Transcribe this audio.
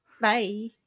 Bye